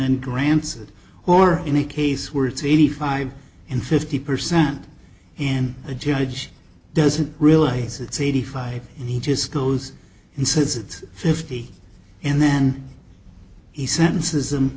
then grants or in a case where it's really five in fifty percent and a judge doesn't realize it's eighty five he just goes and says it's fifty and then he sentences